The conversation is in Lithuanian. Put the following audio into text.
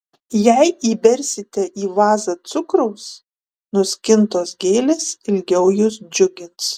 jei įbersite į vazą cukraus nuskintos gėlės ilgiau jus džiugins